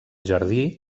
jardí